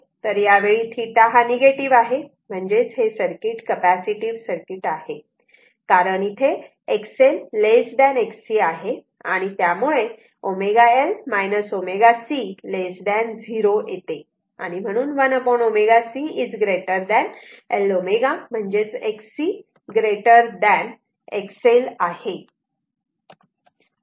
तर यावेळी θ हा निगेटिव आहे म्हणजेच हे सर्किट कपॅसिटीव्ह सर्किट आहे कारण इथे XL Xc आहे त्यामुळे L ω 1ω C 0 येते आणि म्हणून 1 ω c L ω म्हणजे Xc XL आहे